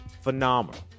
Phenomenal